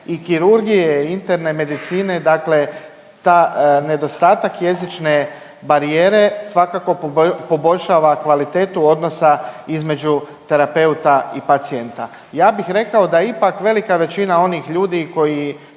i kirurgije i interne medicine, dakle ta nedostatak jezične barijere svakako poboljšava kvalitetu odnosa između terapeuta i pacijenta. Ja bih rekao da je ipak velika većina onih ljudi koji